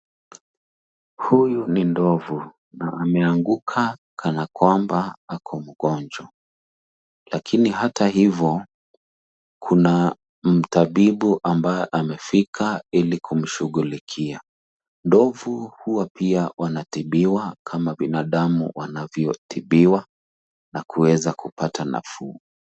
Huyu ni ndovu na ameanguka kanakwamba ako mgonjwa . Lakini hata hivo kuna mtabibu ambaye amefika ili kumshughulikia. Ndovu huwa pia wanatibiwa kama binadamu wanavyotibiwa na kuweza kupata nafuu.